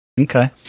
okay